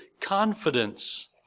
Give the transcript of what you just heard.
confidence